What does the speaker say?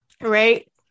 right